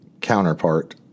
counterpart